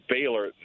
Baylor